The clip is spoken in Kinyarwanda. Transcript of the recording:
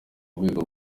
rwego